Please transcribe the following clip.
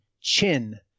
Chin